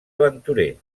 aventurer